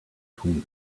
between